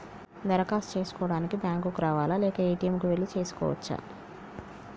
దరఖాస్తు చేసుకోవడానికి బ్యాంక్ కు రావాలా లేక ఏ.టి.ఎమ్ కు వెళ్లి చేసుకోవచ్చా?